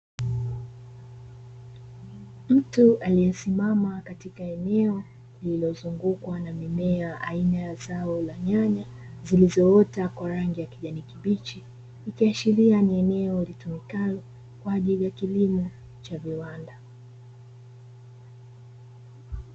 Mtu aliyesimama katika eneo lililozungukwa na mimea aina ya nyanya zilizoota kwa rangi ya kijani kibichi, ikiashiria ni eneo litumikalo kwa ajili ya kilimo cha viwanda.